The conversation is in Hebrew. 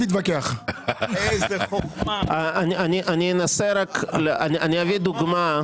אני אביא דוגמה.